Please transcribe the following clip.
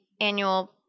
annual